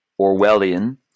Orwellian